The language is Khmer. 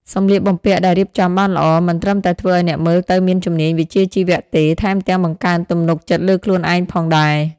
សម្លៀកបំពាក់ដែលរៀបចំបានល្អ មិនត្រឹមតែធ្វើឲ្យអ្នកមើលទៅមានជំនាញវិជ្ជាជីវៈទេថែមទាំងបង្កើនទំនុកចិត្តលើខ្លួនឯងផងដែរ។